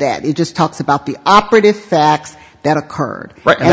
that it just talks about the operating facts that occurred later